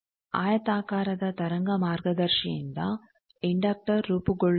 ಆಯತಾಕಾರದ ತರಂಗ ಮಾರ್ಗದರ್ಶಿಯಿಂದ ಇಂಡಕ್ಟರ್ ರೂಪುಗೊಳ್ಳುತ್ತದೆ